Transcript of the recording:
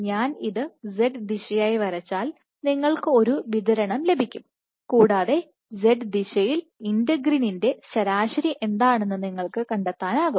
ഞാൻ ഇത്z ദിശയായി വരച്ചാൽ നിങ്ങൾക്ക് ഒരു വിതരണം ലഭിക്കും കൂടാതെ z ദിശയിൽ ഇന്റഗ്രീന്റെ ശരാശരി എന്താണെന്ന് നിങ്ങൾക്ക് കണ്ടെത്താനാകും